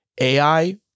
AI